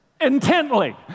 Intently